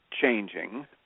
changing